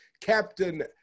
Captain